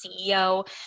CEO